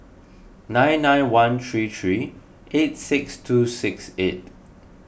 nine nine one three three eight six two six eight